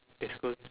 this was